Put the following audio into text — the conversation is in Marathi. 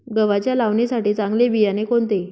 गव्हाच्या लावणीसाठी चांगले बियाणे कोणते?